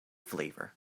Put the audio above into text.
flavor